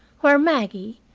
where maggie,